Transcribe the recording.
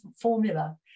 formula